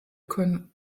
können